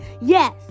Yes